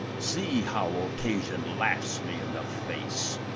see, how occasion laughs me in the face!